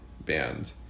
band